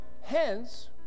hence